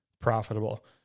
profitable